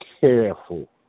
careful